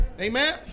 Amen